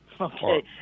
Okay